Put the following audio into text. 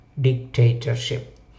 Dictatorship